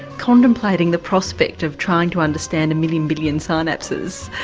contemplating the prospect of trying to understand a million billion synapses